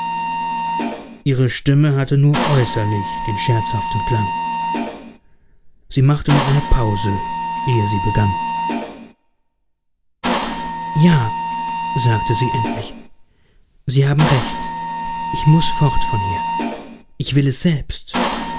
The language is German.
ihre stimme hatte nur äußerlich den scherzhaften klang sie machte noch eine pause ehe sie begann ja sagte sie endlich sie haben recht ich muß fort von hier ich will es selbst